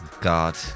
God